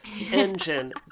engine